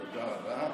תודה רבה.